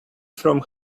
from